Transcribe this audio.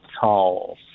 tall